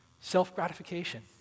self-gratification